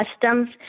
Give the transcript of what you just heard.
customs